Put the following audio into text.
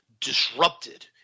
disrupted